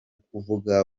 kuvuga